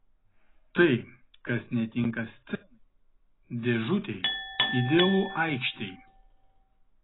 tai kas netinka scenai dėžutei idealu aikštei